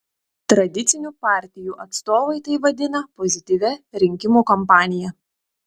tradicinių partijų atstovai tai vadina pozityvia rinkimų kampanija